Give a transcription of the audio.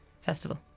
festival